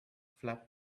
flap